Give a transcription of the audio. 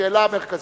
שאלה מרכזית.